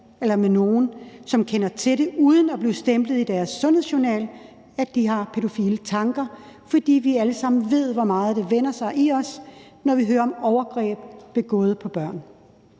snakke med nogen, som kender til det, uden at blive stemplet i deres sundhedsjournal som nogle, der har pædofile tanker. For vi ved alle sammen, hvor meget det vender sig i os, når vi hører om overgreb begået på børn.